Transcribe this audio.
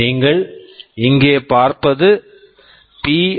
நீங்கள் இங்கே பார்ப்பது பி